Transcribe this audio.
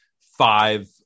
Five